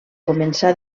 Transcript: començar